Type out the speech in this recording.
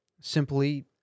Simply